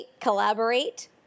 collaborate